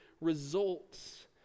results